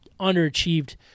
underachieved